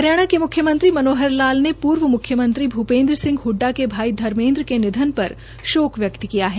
हरियाणा के मुख्यमंत्री मनोहर लाल ने पूर्व मुख्यमंत्री भूपेन्द्र सिंह ह्डडा के भाई धर्मेद्र के निधान पर शोक व्यक्त है